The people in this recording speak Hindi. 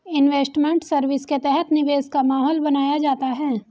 इन्वेस्टमेंट सर्विस के तहत निवेश का माहौल बनाया जाता है